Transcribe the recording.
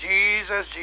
Jesus